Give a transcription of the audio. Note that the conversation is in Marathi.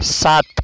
सात